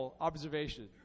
observation